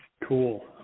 Cool